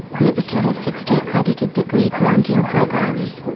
liberty has sixty accredited degree granting programs.